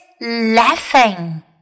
laughing